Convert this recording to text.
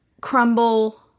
crumble